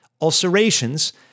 ulcerations